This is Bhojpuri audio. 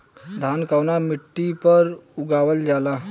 धान कवना मिट्टी पर उगावल जाला?